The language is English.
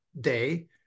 Day